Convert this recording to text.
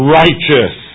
righteous